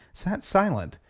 sat silent,